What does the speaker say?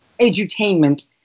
edutainment